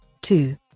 two